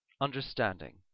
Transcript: Understanding